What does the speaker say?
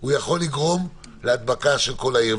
יכול לגרום להדבקה בכל העיר.